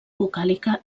vocàlica